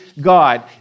God